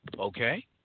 okay